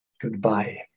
Goodbye